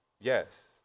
Yes